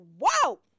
whoa